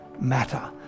matter